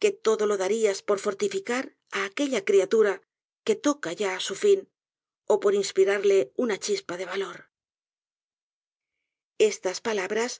que todo lo darías por fortificar á aquella criatura que toca ya á su fin ó por inspirarle una chispa de valor estas palabras